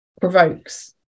provokes